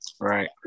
Right